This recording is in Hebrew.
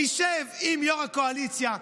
נשב עם יו"ר הקואליציה,